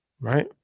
right